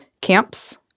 Camps